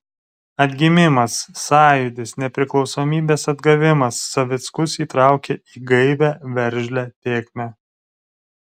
atgimimas sąjūdis nepriklausomybės atgavimas savickus įtraukė į gaivią veržlią tėkmę